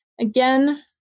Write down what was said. again